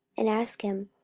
and asked him,